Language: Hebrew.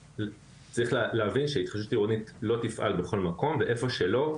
צריך להבין שהתחדשות עירונית לא תפעל בכל מקום והיכן שהיא לא תפעל,